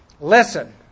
Listen